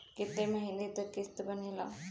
कितना महीना के किस्त बनेगा?